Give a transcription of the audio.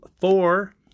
four